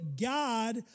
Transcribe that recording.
God